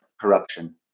corruption